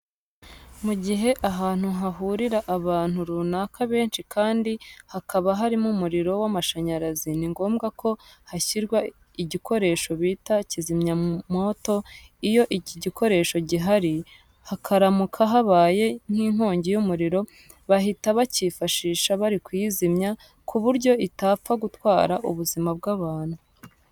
Mu gihe ahantu hahurira abantu runaka benshi kandi hakaba harimo umuriro w'amashanyarazi, ni ngombwa ko hashyirwa igikoresho bita kizimyamoto. Iyo iki gikoresho gihari, hakaramuka habaye nk'inkongi y'umuriro bahita bacyifashisha bari kuyizimya ku buryo itapfa gutwara ubuzima bw'abantu.